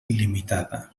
il·limitada